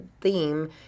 theme